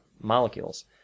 molecules